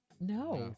no